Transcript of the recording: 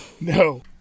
No